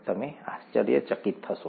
તમે આશ્ચર્યચકિત થશો